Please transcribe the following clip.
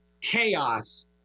chaos